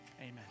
Amen